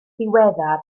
ddiweddar